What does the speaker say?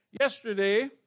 Yesterday